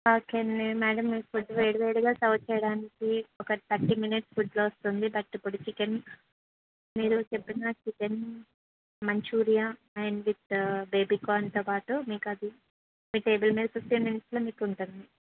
okay అండి madam ఇప్పుడు మీకు ఫుడ్ వేడి వేడిగా సర్వ్ చేయడానికి ఒక థర్టీ మినిట్స్లో ఫుడ్ వస్తుంది ఇప్పుడు చికెన్ మీరు చెప్పిన చికెన్ మంచూరియా అండ్ విత్ బేబీకార్న్తో పాటు మీకు అది మీ టేబుల్ మీద ఫిఫ్టీన్ మినిట్స్లో మీకు ఉంటుంది మేడం